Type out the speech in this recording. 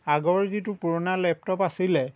আগৰ যিটো পুৰণা লেপটপ আছিলে